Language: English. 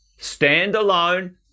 standalone